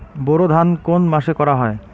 বোরো ধান কোন মাসে করা হয়?